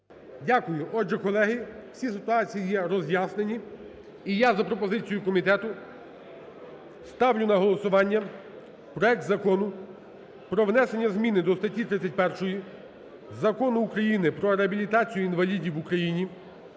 Дякую. Отже, колеги, всі ситуації є роз'яснені. І я за пропозицією комітету ставлю на голосування проект Закону про внесення зміни до статті 31 Закону України "Про реабілітацію інвалідів в Україні"